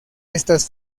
estas